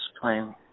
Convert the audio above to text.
playing